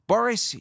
Boris